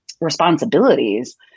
responsibilities